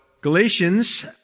Galatians